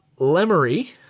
Lemery